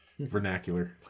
Vernacular